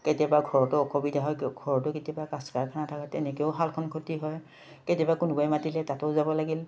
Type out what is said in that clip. কেতিয়াবা ঘৰতো অসুবিধা হয় ঘৰতো কেতিয়াবা তেনেকেও শালখন ক্ষতি হয় কেতিয়াবা কোনোবাই মাতিলে তাতোও যাব লাগিল